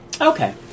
Okay